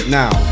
now